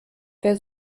wer